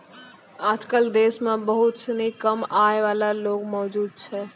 आजकल देश म बहुत सिनी कम आय वाला लोग मौजूद छै